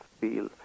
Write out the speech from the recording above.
feel